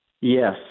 Yes